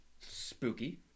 Spooky